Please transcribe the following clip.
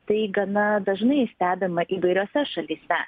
tai gana dažnai stebima įvairiose šalyse